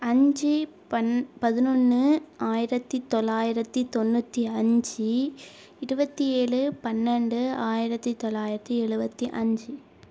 அஞ்சு பன் பதுனொன்று ஆயிரத்து தொள்ளாயிரத்து தொண்ணுற்றி அஞ்சு இருபத்தி ஏழு பன்னெண்டு ஆயிரத்து தொள்ளாயிரத்து எழுபத்தி அஞ்சு